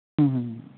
ᱦᱩᱸ ᱦᱩᱸ